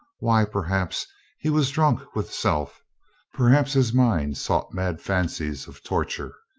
why, perhaps he was drunk with self perhaps his mind sought mad fancies of tor ture,